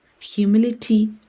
humility